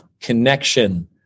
connection